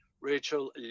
Rachel